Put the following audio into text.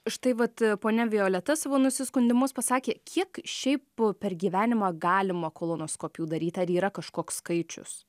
štai vat ponia violeta savo nusiskundimus pasakė kiek šiaip per gyvenimą galima kolonoskopijų daryt ar yra kažkoks skaičius